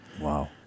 Wow